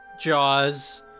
Jaws